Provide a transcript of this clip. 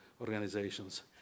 organizations